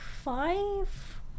five